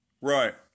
Right